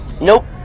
Nope